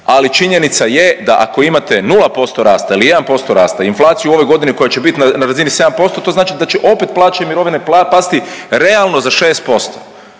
ali činjenica je da ako imate 0% rasta ili 1% rasta inflaciju ove godine koja će bit na razini 7% to znači da će opet plaće i mirovine pasti realno za 6%,